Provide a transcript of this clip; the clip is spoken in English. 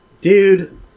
Dude